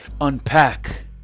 unpack